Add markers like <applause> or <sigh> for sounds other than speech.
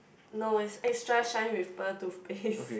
no it's extra shine with pearl toothpaste <laughs>